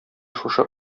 шушы